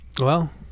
Well-